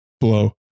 blow